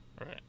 right